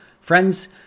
Friends